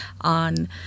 on